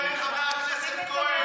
חברי חבר הכנסת כהן,